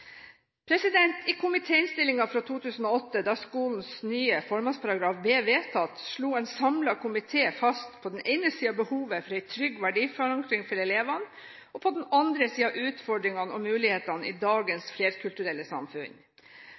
I komitéinnstillingen fra 2008, da skolens nye formålsparagraf ble vedtatt, slo en samlet komité på den ene siden fast behovet for en trygg verdiforankring for elevene og på den andre siden utfordringene og mulighetene i dagens flerkulturelle samfunn.